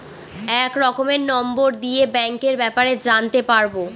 এক রকমের নম্বর দিয়ে ব্যাঙ্কের ব্যাপারে জানতে পারবো